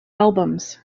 albums